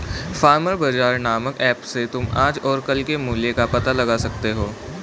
farmer Bazaar नामक app से तुम आज और कल के मूल्य का पता लगा सकते हो